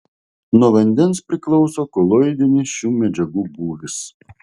nuo vandens priklauso koloidinis šių medžiagų būvis